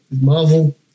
Marvel